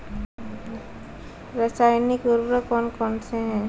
रासायनिक उर्वरक कौन कौनसे हैं?